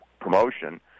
promotion